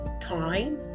time